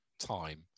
time